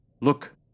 Look